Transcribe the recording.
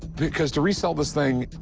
because to resell this thing,